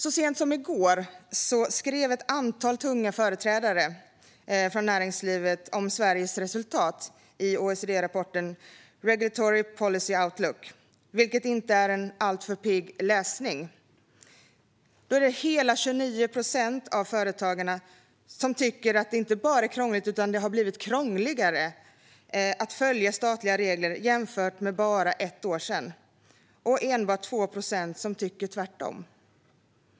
Så sent som i går skrev ett antal tunga företrädare för näringslivet om Sveriges resultat i OECD Regulatory Policy Outlook - det är inte en alltför pigg läsning. Hela 29 procent av företagarna tycker att det har blivit krångligare att följa statliga regler jämfört med för bara ett år sedan. Det är enbart 2 procent som tycker tvärtom.